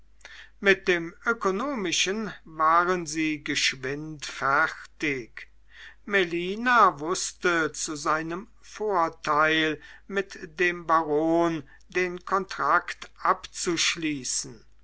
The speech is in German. mit dem ökonomischen waren sie geschwind fertig melina wußte zu seinem vorteil mit dem baron den kontrakt abzuschließen